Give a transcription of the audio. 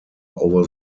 over